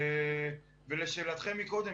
ולשאלתכם קודם,